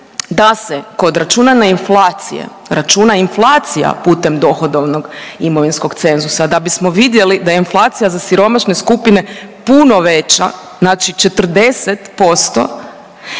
da se kod računanja inflacije računa inflacija putem dohodovnog imovinskog cenzusa da bismo vidjeli da je inflacija za siromašne skupine puno veća. Znači 40%.